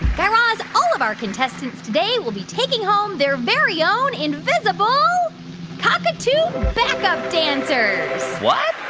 guy raz, all of our contestants today will be taking home their very own invisible cockatoo backup dancers what?